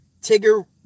Tigger